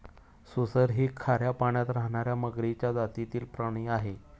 सुसर ही खाऱ्या पाण्यात राहणार्या मगरीच्या जातीतील प्राणी आहे